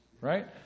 right